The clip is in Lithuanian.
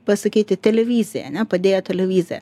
pasakyti televizija ane padėjo televizija